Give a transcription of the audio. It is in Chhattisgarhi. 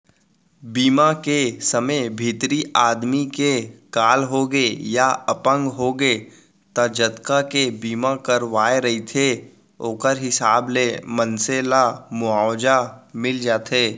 बीमा के समे भितरी आदमी के काल होगे या अपंग होगे त जतका के बीमा करवाए रहिथे ओखर हिसाब ले मनसे ल मुवाजा मिल जाथे